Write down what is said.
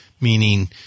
meaning